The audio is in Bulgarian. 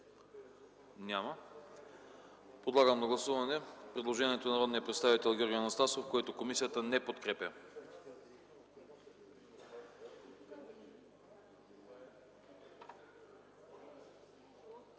прието. Подлагам на гласуване предложението на народния представител Георги Анастасов, което комисията не подкрепя.